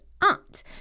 aunt